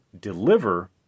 deliver